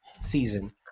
season